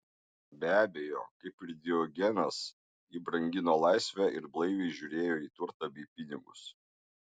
be abejo kaip ir diogenas ji brangino laisvę ir blaiviai žiūrėjo į turtą bei pinigus